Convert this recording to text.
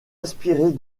inspirée